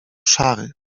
szary